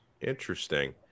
Interesting